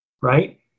Right